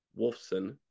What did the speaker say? Wolfson